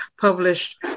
published